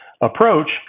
approach